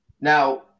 Now